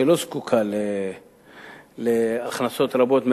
שלא זקוקה להכנסות רבות מארנונה,